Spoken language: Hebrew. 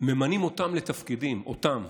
ממנים אותם לתפקידים, "אותם",